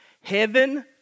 heaven